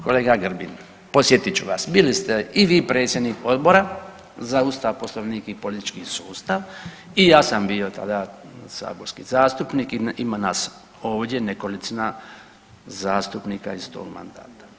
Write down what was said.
Kolega Grbin, podsjetit ću vas, bili ste i vi predsjednik Odbora za Ustav, Poslovnik i politički sustav i ja sam bio tada saborski zastupnik i ima nas ovdje nekolicina zastupnika iz tog mandata.